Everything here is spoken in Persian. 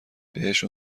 بهشون